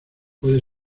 puede